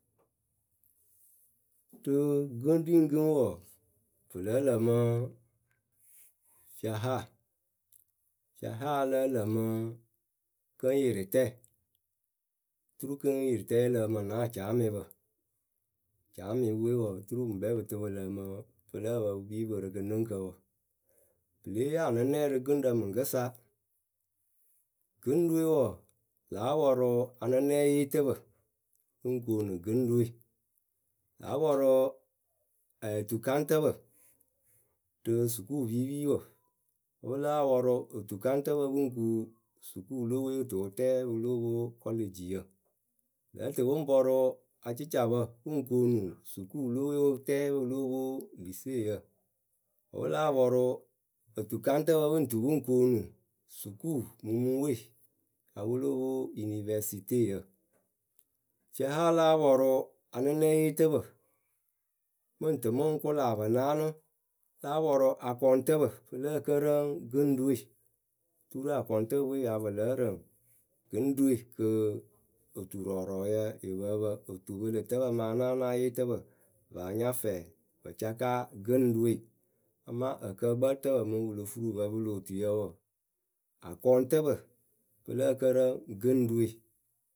Rɨ gɨŋ ri ŋ gɨŋ wɔɔ, pɨ lǝ́ǝ lǝmɨ fiaha fiaha lǝ lǝmɨ kɨŋyɩrɩtǝǝ turu kɨŋyɩrɩtǝǝ lǝǝmɨ na acaamɩpǝ, caamɩpɨwe wɔɔ turu pɨ ŋkpɛ pɨ tɨ pɨ lǝǝmɨ ǝpǝ pɨ kpii pɨ rɨ kɨnɨŋkǝ wǝ Pɨ lée yee anɨnɛɛ rɨ gɨŋrǝ mɨŋkɨsa: gɨŋɖɨwe wɔɔ, láa pɔrʊ anɨnɛyeetǝpǝ pɨ ŋ koonu gɨŋrɨwe pɨ láa pɔrʊ ɛɛ tukaŋtǝpǝ rɨ sukuupipiwǝ Wǝ́ pɨ láa pɔrʊ otukaŋtǝpǝ pɨ ŋ kuŋ sukuu lo we wɨ tɨ wɨ tɛɛ pɨ lóo pwo kɔlejiyǝ Pɨ lǝ́ǝ tɨ pɨ ŋ pɔrʊ acɩcapǝ pɨ ŋ koonu sukuuwǝ lo we wɨ tɛɛ pɨ lóo pwo liseyǝ wǝ́ pɨ láa pɔrʊ otukaŋtǝpǝ pɨ ŋ tɨ pɨ ŋ koonu sukuumumuŋwe wǝ́ pɨ lóo pwo inivɛsiteyǝ Fiaha láa pɔrʊ anɨnɛyeetǝpǝ mɨ ŋ tɨ mɨ ŋ kʊla, pɨ naanɨ. Láa pɔrʊ akɔŋtǝpǝ pɨ lǝ́ǝ kǝrǝŋ gɨŋɖɨwe turu akɔŋtǝpɨwe pɨ ya pɨ lǝ́ǝ rǝŋ. gɨŋɖɨwe kɨ oturɔɔrɔɔyǝ yɨ pǝǝ pǝ otupɨlɨtǝpǝ mɨ anaanaayeetǝpǝ pɨ paa nya fɛɛ pɨ cakaa gɨŋɖɨwe Amaa ǝkǝǝkpǝlɨtǝpǝ mɨŋ pɨ lo furu pɨ pǝ pɨlɨ otuyǝ wɔɔ. akɔŋtǝpǝ pɨ lǝ́ǝ kǝrǝŋ gɨŋɖɨwe.